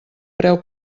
preu